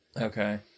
Okay